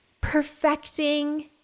perfecting